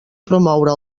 promoure